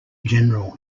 general